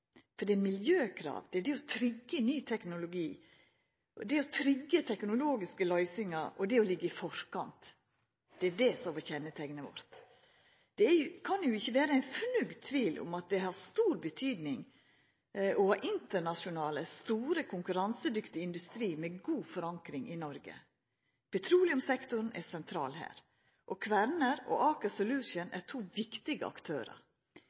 for det er miljøkrav, det å trigga ny teknologi, det å trigga teknologiske løysingar og det å ligga i forkant som har vore kjenneteiknet vårt. Det kan ikkje vera eit fnugg av tvil om at det har stor betyding å ha internasjonal, stor, konkurransedyktig industri med god forankring i Noreg. Petroleumssektoren er sentral her, og Kværner og Aker Solutions er to viktige aktørar.